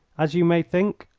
as you may think?